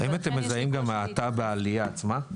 האם אתם מזהים גם האטה בעלייה עצמה,